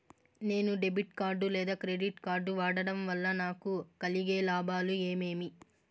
నేను debit card లేదా credit card వాడడం వల్ల నాకు కలిగే లాభాలు ఏమేమీ?